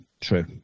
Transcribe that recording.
True